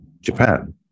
Japan